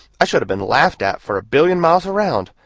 i should have been laughed at for a billion miles around.